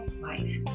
life